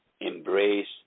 embrace